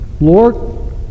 Lord